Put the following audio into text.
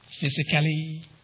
physically